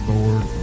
Lord